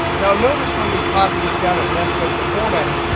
now notice when we copy this down, it messed up the formatting.